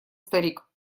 старик